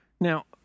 Now